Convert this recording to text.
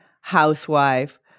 housewife